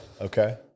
Okay